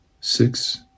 six